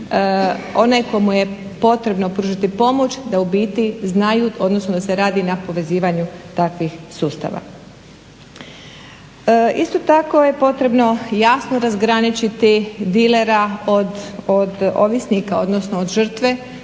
onaj komu je potrebno pružiti pomoć da ubiti znaju, odnosno da se radi na povezivanju takvih sustava. Isto tako je potrebno jasno razgraničiti dilera od ovisnika, odnosno od žrtve